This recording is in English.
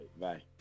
Bye